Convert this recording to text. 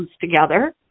together